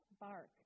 bark